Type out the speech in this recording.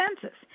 census